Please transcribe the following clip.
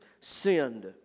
sinned